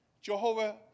Jehovah